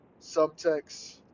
Subtext